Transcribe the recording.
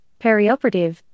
perioperative